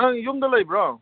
ꯅꯪ ꯌꯨꯝꯗ ꯂꯩꯕ꯭ꯔꯣ